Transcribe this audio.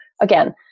again